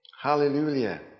Hallelujah